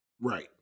Right